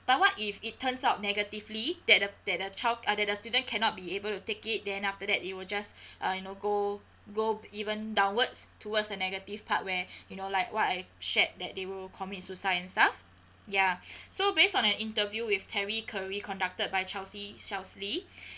but what if it turns out negatively that the that the child uh the the student cannot be able to take it then after that they will just uh you know go go even downwards towards the negative part where you know like what I shared that they will commit suicide and stuff ya so based on an interview with terry curry conducted by chelsea shelsley